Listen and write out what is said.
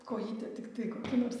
kojytė tiktai kokį nors